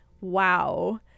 wow